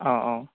অ অ